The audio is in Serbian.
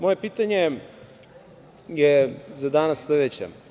Moje pitanje je za danas sledeće.